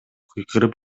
кыйкырып